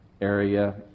area